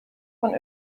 von